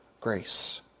grace